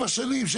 בוא דבר פרטנית.